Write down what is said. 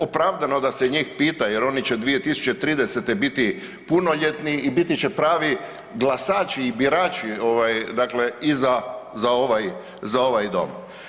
Opravdano da se njih pita jer oni će 2030. biti punoljetni i biti će pravi glasači i birači dakle i za ovaj Dom.